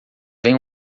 vem